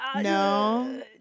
no